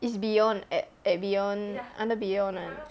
is beyond at at beyond under beyond one